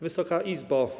Wysoka Izbo!